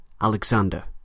Alexander